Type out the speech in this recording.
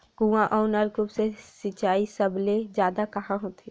कुआं अउ नलकूप से सिंचाई सबले जादा कहां होथे?